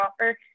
offer